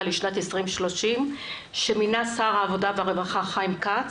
לשנת 2020 שמינה שר העבודה והרווחה לשעבר חיים כץ,